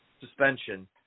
suspension